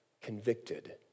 convicted